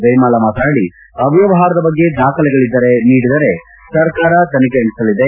ಜಯಮಾಲಾ ಮಾತನಾಡಿ ಅವ್ಯವಹಾರದ ಬಗ್ಗೆ ದಾಖಲೆಗಳನ್ನು ನೀಡಿದರೆ ಸರ್ಕಾರ ತನಿಖೆ ನಡೆಸಲಿದೆ